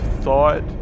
thought